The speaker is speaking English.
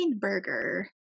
burger